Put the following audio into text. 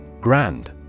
Grand